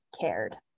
cared